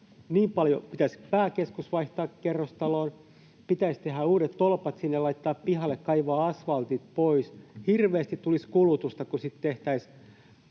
Pitäisi pääkeskus vaihtaa kerrostaloon, pitäisi uudet tolpat laittaa sinne pihalle, kaivaa asvaltit pois. Hirveästi tulisi kulutusta, kun tehtäisiin